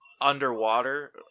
underwater